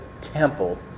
temple